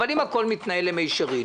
אבל אם הכול יתנהל למישרין,